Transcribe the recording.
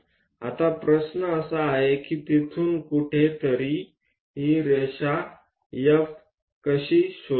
आता प्रश्न असा आहे की तिथून कुठेतरी ही रेषा F कशी शोधायची